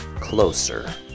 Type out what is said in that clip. closer